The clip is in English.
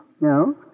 No